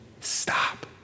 Stop